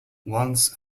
once